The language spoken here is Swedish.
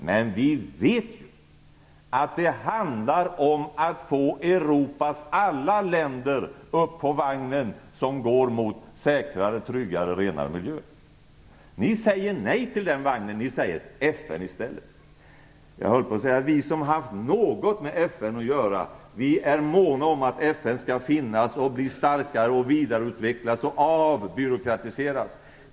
Men vi vet ju att det handlar om att få Europas alla länder med på vagnen som går mot en säkrare, tryggare och renare miljö. Miljöpartiet säger nej till den vagnen och säger i stället ja till FN. Vi som har haft något med FN att göra är måna om att FN skall finnas, bli starkare, vidareutvecklas och avbyråkratiseras.